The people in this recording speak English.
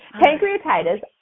Pancreatitis